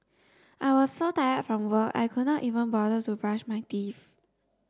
I was so tired from work I could not even bother to brush my teeth